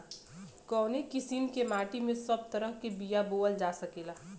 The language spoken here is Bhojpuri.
कवने किसीम के माटी में सब तरह के बिया बोवल जा सकेला?